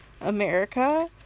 America